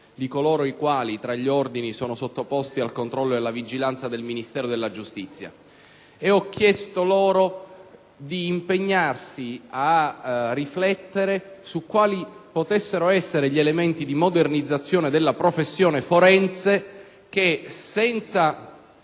di coloro i quali, tra gli ordini, sono sottoposti al controllo e alla vigilanza del Ministero della giustizia, e ho chiesto loro di impegnarsi a riflettere su quali potessero essere gli elementi di modernizzazione della professione forense che, senza